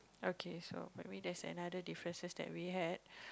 okay so by the way there's another differences that we had